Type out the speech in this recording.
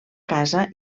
casa